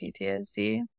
PTSD